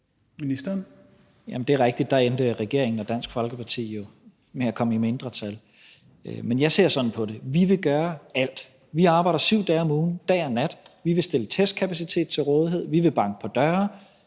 (Mattias Tesfaye): Det er rigtigt, at der endte regeringen og Dansk Folkeparti jo med at komme i mindretal. Men jeg ser sådan på det, at vi vil gøre alt. Vi arbejder 7 dage om ugen, dag og nat, og vi vil stille testkapacitet til rådighed, vi vil banke på døre,